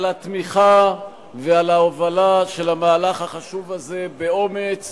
על התמיכה ועל ההובלה של המהלך החשוב הזה באומץ